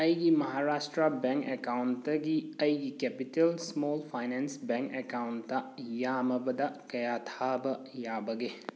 ꯑꯩꯒꯤ ꯃꯍꯥꯔꯥꯁꯇ꯭ꯔ ꯕꯦꯡ ꯑꯦꯀꯥꯎꯟꯇꯒꯤ ꯑꯩꯒꯤ capital small finance bank account ꯌꯥꯝꯃꯕꯗ ꯀꯌꯥ ꯊꯥꯕ ꯌꯥꯕꯒꯦ